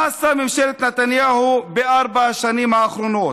מה עשתה ממשלת נתניהו בארבע השנים האחרונות?